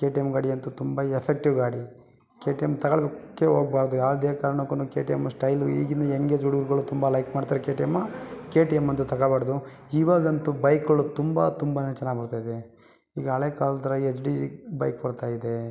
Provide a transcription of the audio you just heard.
K T M ಗಾಡಿ ಅಂತೂ ತುಂಬ ಎಫ್ಫೆಕ್ಟಿವ್ ಗಾಡಿ ಕೆ ಟಿ ಎಮ್ ತಗೊಳ್ಳೋಕೆ ಹೋಗ್ಬಾರ್ದು ಯಾವುದೇ ಕಾರಣಕ್ಕೂ ಕೆ ಟಿ ಎಮ್ ಸ್ಟೈಲು ಈಗಿನ ಎಂಗ್ ಏಜ್ ಹುಡುಗರುಗಳು ತುಂಬ ಲೈಕ್ ಮಾಡ್ತಾರೆ K T M K T M ಅಂತೂ ತಗೋಬಾರ್ದು ಇವಾಗಂತು ಬೈಕ್ಗಳು ತುಂಬ ತುಂಬನೇ ಚೆನ್ನಾಗಿ ಬರ್ತಾಯಿದೆ ಈಗ ಹಳೆ ಕಾಲದ ಥರ ಎಚ್ ಡಿ ಬೈಕ್ ಬರ್ತಾಯಿದೆ